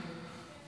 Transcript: שיהיה,